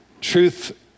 Truth